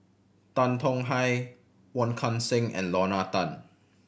Tan Tong Hye Wong Kan Seng and Lorna Tan